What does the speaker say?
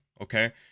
okay